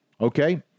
Okay